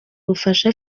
bufasha